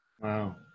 Wow